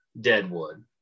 Deadwood